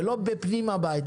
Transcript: ולא בפנים הבית,